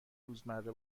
روزمره